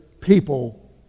people